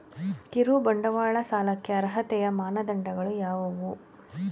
ಕಿರುಬಂಡವಾಳ ಸಾಲಕ್ಕೆ ಅರ್ಹತೆಯ ಮಾನದಂಡಗಳು ಯಾವುವು?